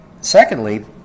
Secondly